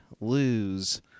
lose